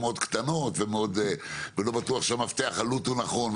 הם מאוד קטנות ולא בטוח שהמפתח עלות הוא נכון,